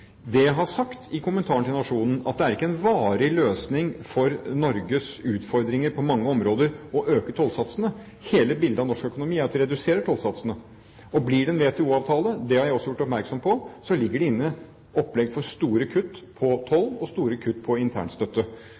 Det jeg har sagt i kommentaren til Nationen, er at det er ikke en varig løsning for Norges utfordringer på mange områder å øke tollsatsene. Hele bildet av norsk økonomi er at vi reduserer tollsatsene. Og blir det en WTO-avtale – det har jeg også gjort oppmerksom på – ligger det inne opplegg for store kutt på toll og store kutt på internstøtte.